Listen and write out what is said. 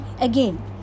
Again